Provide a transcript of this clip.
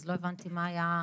אז לא הבנתי מה היה ה-issue.